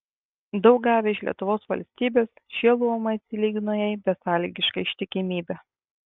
daug gavę iš lietuvos valstybės šie luomai atsilygino jai besąlygiška ištikimybe